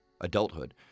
adulthood